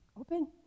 Open